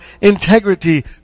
integrity